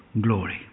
glory